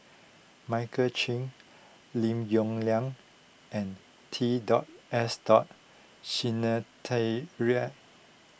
Michael Chiang Lim Yong Liang and T dot S dot Sinnathuray